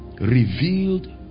revealed